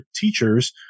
teachers